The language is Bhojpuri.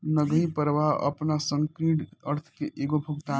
नगदी प्रवाह आपना संकीर्ण अर्थ में एगो भुगतान ह